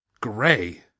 ...Gray